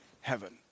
heaven